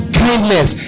kindness